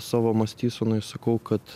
savo mąstysenoj sakau kad